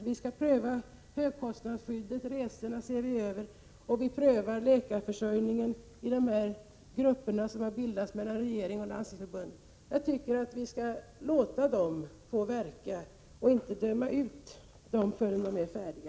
Vi skall pröva högkostnadsskyddet, resorna skall ses över, och vi skall i de grupper som har bildats mellan regeringen och Landstingsförbundet pröva läkarförsörjningen. Jag tycker att vi skall låta grupperna arbeta och inte komma med fördömanden, innan de är färdiga.